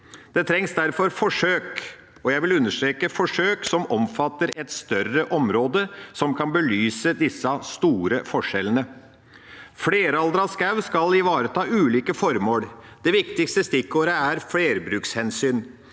Det trengs derfor forsøk, og jeg vil understreke forsøk som omfatter et større område, som kan belyse disse store forskjellene. Fleraldret skog skal ivareta ulike formål. Det viktigste stikkordet er flerbrukshensyn,